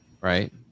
Right